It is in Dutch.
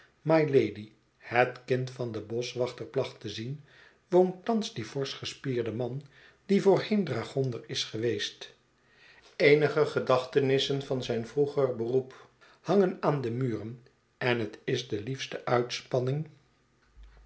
mylady het kind van den boschwachter placht te zien woont thans die forsch gespierde man die voorheen dragonder is geweest eenige gedachtenissen van zijn vroeger beroep hangen aan de muren en het is de liefste uitspanning